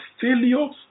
failures